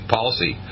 policy